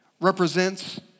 represents